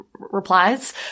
replies